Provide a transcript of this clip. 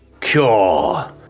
cure